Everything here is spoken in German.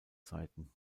zeiten